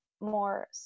more